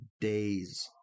days